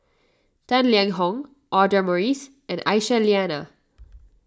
Tang Liang Hong Audra Morrice and Aisyah Lyana